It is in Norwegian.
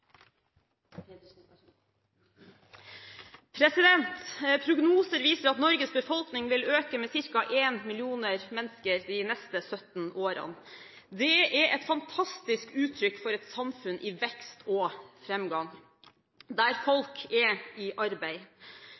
omme. Prognoser viser at Norges befolkning vil øke med ca. 1 million mennesker de neste 17 årene. Det er et fantastisk uttrykk for et samfunn i vekst og framgang, der folk er i arbeid.